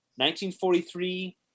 1943